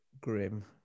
grim